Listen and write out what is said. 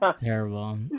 terrible